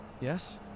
Yes